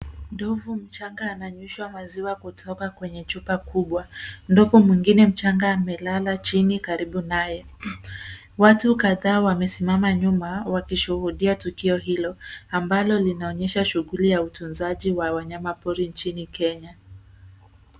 Ndovu mchanga ananyweshwa maziwa kutoka kwenye chupa kubwa. Ndovu mwingine mchanga amelala chini karibu naye. Watu kadhaa wamesimama nyuma wakishuhudia tukio hilo ambalo linaonyesha shughuli ya utunzaji wa wanyama pori nchini Kenya.